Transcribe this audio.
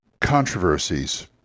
controversies